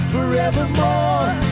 Forevermore